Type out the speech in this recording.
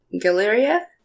Galeria